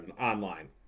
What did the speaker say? online